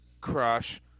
crush